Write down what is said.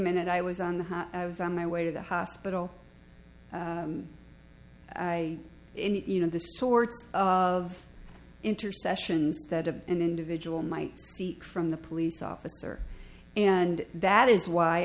minute i was on the i was on my way to the hospital i you know the sorts of intercessions that of an individual might be from the police officer and that is why